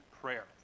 prayer